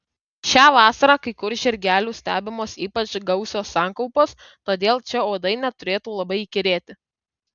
šią vasarą kai kur žirgelių stebimos ypač gausios sankaupos todėl čia uodai neturėtų labai įkyrėti